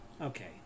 Okay